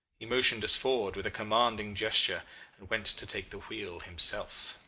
he motioned us forward with a commanding gesture, and went to take the wheel himself.